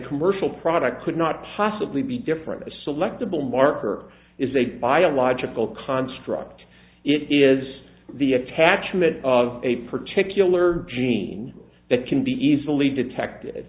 commercial product could not possibly be different selectable marker is a biological construct it is the attachment of a particular gene that can be easily detect